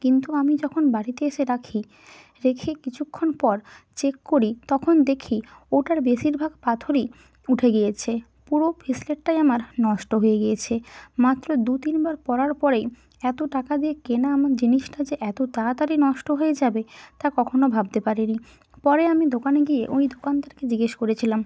কিন্তু আমি যখন বাড়িতে এসে রাখি রেখে কিছুক্ষণ পর চেক করি তখন দেখি ওটার বেশিরভাগ পাথরই উঠে গিয়েছে পুরো ব্রেসলেটটাই আমার নষ্ট হয়ে গিয়েছে মাত্র দু তিনবার পরার পরেই এত টাকা দিয়ে কেনা আমার জিনিসটা যে এত তাড়াতাড়ি নষ্ট হয়ে যাবে তা কখনও ভাবতে পারিনি পরে আমি দোকানে গিয়ে ওই দোকানদারকে জিজ্ঞেস করেছিলাম